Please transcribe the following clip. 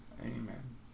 Amen